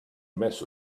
mess